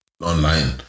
online